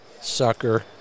sucker